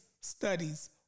studies